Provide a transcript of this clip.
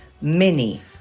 mini